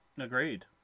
Agreed